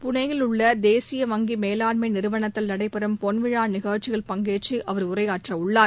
புனேயில் உள்ள தேசிய வங்கி மேலாண்மை நிறுவனத்தில் நடைபெறும் பொன்விழா நிகழ்ச்சியில் பங்கேற்று அவர் உரையாற்றவுள்ளார்